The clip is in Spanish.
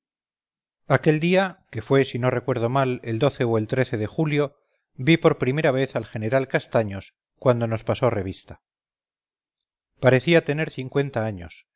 aquel día que fue si no recuerdo mal el o el de julio vi por primera vez al general castaños cuando nos pasó revista parecía tener cincuenta años